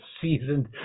seasoned